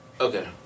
Okay